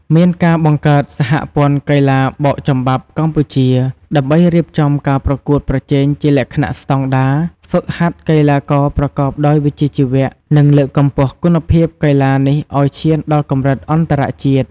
មានការបង្កើតសហព័ន្ធកីឡាបោកចំបាប់កម្ពុជា ដើម្បីរៀបចំការប្រកួតប្រជែងជាលក្ខណៈស្តង់ដារ ហ្វឹកហាត់កីឡាករប្រកបដោយវិជ្ជាជីវៈ និងលើកកម្ពស់គុណភាពកីឡានេះឲ្យឈានដល់កម្រិតអន្តរជាតិ។